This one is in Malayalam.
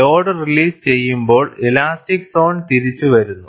ലോഡ് റിലീസ് ചെയ്യുമ്പോൾ ഇലാസ്റ്റിക് സോൺ തിരിച്ചു വരുന്നു